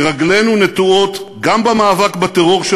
כי רגלינו נטועות גם במאבק בטרור של